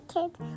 Kids